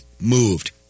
moved